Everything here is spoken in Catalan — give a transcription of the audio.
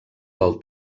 del